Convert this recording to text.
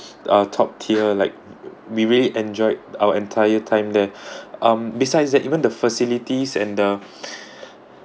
our top tier like we really enjoyed our entire time there um besides that even the facilities and the